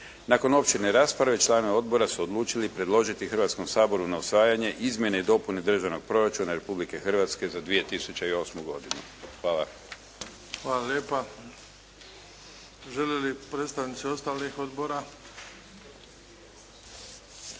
Nakon opširne rasprave članovi odbora su odlučili predložiti Hrvatskom saboru za usvajanje Izmjene i dopune Državnog proračuna Republike Hrvatske za 2008. godinu. Hvala. **Bebić, Luka (HDZ)** Hvala lijepa. Žele li predstavnici ostalih odbora?